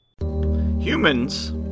Humans